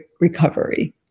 recovery